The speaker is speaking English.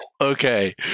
Okay